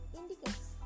indicates